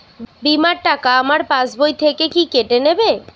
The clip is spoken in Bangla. বিমার টাকা আমার পাশ বই থেকে কি কেটে নেবে?